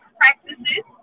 practices